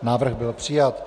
Návrh byl přijat.